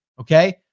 Okay